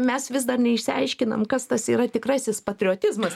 mes vis dar neišsiaiškinam kas tas yra tikrasis patriotizmas